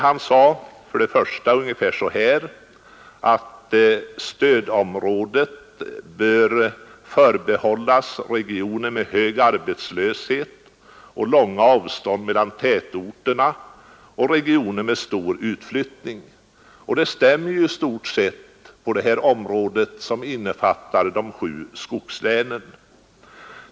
Han sade för det första att stödområdet bör förbehållas regioner med hög arbetslöshet och långa avstånd mellan tätorterna samt stor utflyttning. Det stämmer i stort sett på det område som innefattar de sju skogslänen.